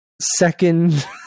second